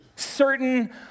certain